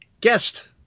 guest